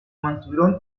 mantuvieron